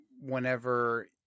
whenever